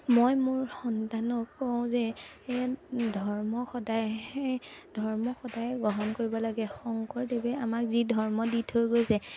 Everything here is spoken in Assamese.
মই মোৰ সন্তানক কওঁ যে এ ধৰ্ম সদায় এ ধৰ্ম সদায় গ্ৰহণ কৰিব লাগে শংকৰদেৱে আমাক যি ধৰ্ম দি থৈ গৈছে